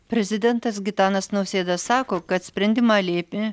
prezidentas gitanas nausėda sako kad sprendimą lėmė